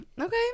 okay